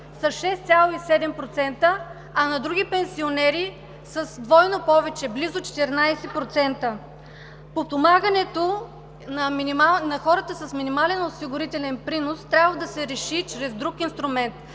с 6,7%, а на други пенсионери с двойно повече – близо 14%. Подпомагането на хората с минимален осигурителен принос трябва да се реши чрез друг инструмент.